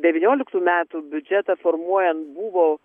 devynioliktų metų biudžetą formuojant buvo